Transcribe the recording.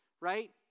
right